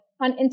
on